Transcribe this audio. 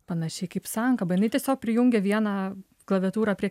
panašiai kaip sankaba jinai tiesiog prijungia vieną klaviatūrą prie